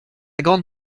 grande